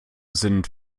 sind